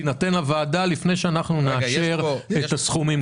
תינתן לוועדה לפני שנאשר את הסכומים האלה.